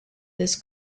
this